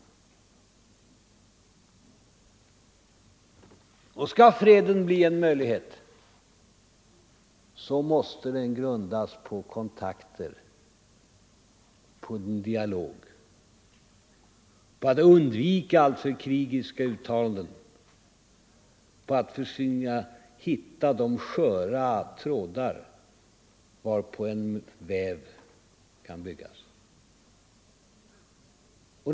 Skall — m.m. freden bli en möjlighet, måste den grundas på kontakter, på en dialog, och att undvika alltför krigiska uttalanden. I stället gäller det att försöka hitta de sköra trådar på vilka en väv kan byggas.